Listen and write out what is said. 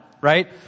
Right